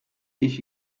ich